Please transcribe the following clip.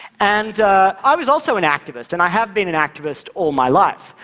and i was also an activist, and i have been an activist all my life.